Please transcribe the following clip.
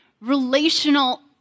relational